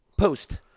Post